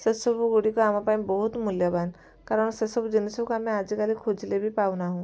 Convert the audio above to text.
ସେସବୁ ଗୁଡ଼ିକ ଆମ ପାଇଁ ବହୁତ ମୂଲ୍ୟବାନ କାରଣ ସେସବୁ ଜିନିଷକୁ ଆମେ ଆଜିକାଲି ଖୋଜିଲେ ବି ପାଉନାହୁଁ